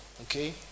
Okay